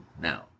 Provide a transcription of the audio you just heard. now